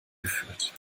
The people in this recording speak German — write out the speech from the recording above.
geführt